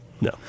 No